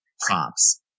props